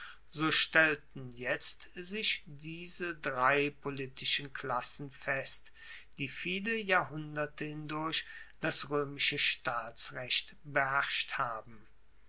so stellten jetzt sich diese drei politischen klassen fest die viele jahrhunderte hindurch das roemische staatsrecht beherrscht haben